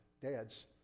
Dad's